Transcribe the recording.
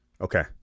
Okay